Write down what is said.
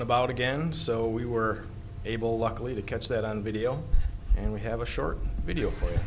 and about again so we were able luckily to catch that on video and we have a short video for